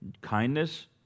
kindness